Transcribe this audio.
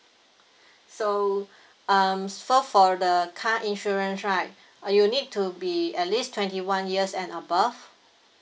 so um so for the car insurance right uh you need to be at least twenty one years and above